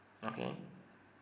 okay